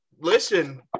Listen